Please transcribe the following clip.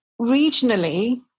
regionally